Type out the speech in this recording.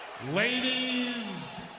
Ladies